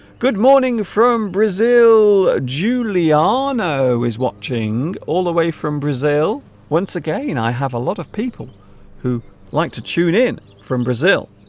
good morning from brazil giuliano is watching all the way from brazil once again i have a lot of people who like to tune in from brazil